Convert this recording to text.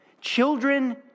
Children